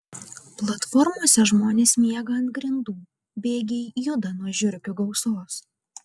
platformose žmonės miega ant grindų bėgiai juda nuo žiurkių gausos